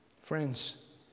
Friends